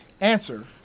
answer